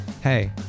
hey